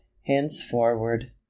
henceforward